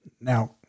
now